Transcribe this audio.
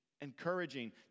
encouraging